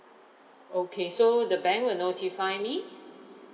okay so the bank will notify me